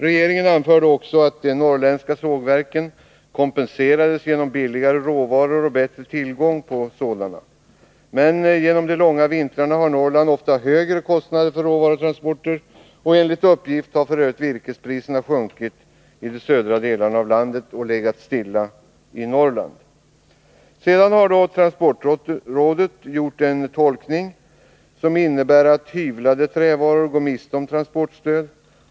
Regeringen anförde också att de norrländska sågverken kompenserades genom billigare råvaror och bättre tillgång på sådana. Men på grund av de svåra vintrarna har Norrland ofta högre kostnader för råvarutransporter. Enligt uppgift har f. ö. virkespriserna sjunkit i de södra delarna av landet och legat stilla i Norrland. Sedan har då transportrådet gjort en tolkning som innebär att hyvlade trävaror går miste om transportstöd.